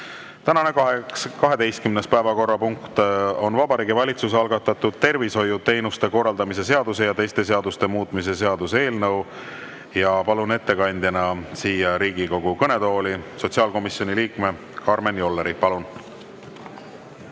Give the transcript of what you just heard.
Tänane 12. päevakorrapunkt on Vabariigi Valitsuse algatatud tervishoiuteenuste korraldamise seaduse ja teiste seaduste muutmise seaduse eelnõu. Palun ettekandjana siia Riigikogu kõnetooli sotsiaalkomisjoni liikme Karmen Jolleri. Palun!